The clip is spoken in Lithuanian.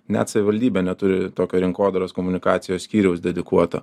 net savivaldybė neturi tokio rinkodaros komunikacijos skyriaus dedikuoto